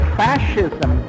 fascism